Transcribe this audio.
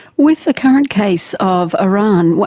with the current case of iran,